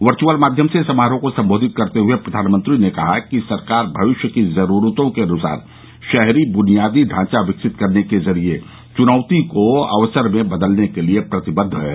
virtual माध्यम से समारोह को संबोधित करते हुए प्रधानमंत्री ने कहा कि सरकार भविष्य की जरूरतों के अनुसार शहरी बुनियादी ढांचा विकसित करने के जरिये चुनौती को अवसर में बदलने के लिए प्रतिबद्ध है